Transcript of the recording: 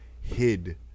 hid